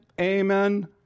amen